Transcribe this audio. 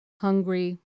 hungry